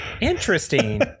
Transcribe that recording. Interesting